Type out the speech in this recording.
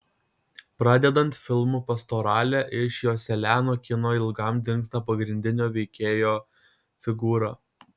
pradedant filmu pastoralė iš joselianio kino ilgam dingsta pagrindinio veikėjo figūra